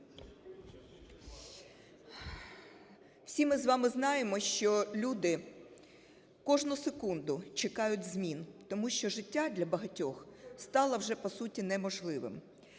Всі ми з вами знаємо, що люди кожну секунду чекають змін, тому що життя для багатьох стало вже, по суті, неможливим.